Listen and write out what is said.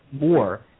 more